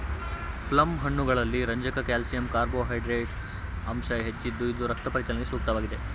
plum ಹಣ್ಣುಗಳಲ್ಲಿ ರಂಜಕ calcium carbohydrates ಅಂಶ ಹೆಚ್ಚಿದ್ದು ಇದು ರಕ್ತ ಪರಿಚಲನೆಗೆ ಸೂಕ್ತವಾಗಿದೆ